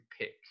pick